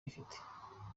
bifite